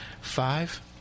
Five